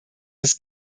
das